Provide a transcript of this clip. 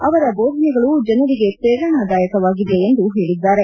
ಅವರ ಬೋಧನೆಗಳು ಜನರಿಗೆ ಶ್ರೇರಣದಾಯಕವಾಗಿದೆ ಎಂದು ಹೇಳಿದ್ದಾರೆ